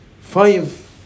five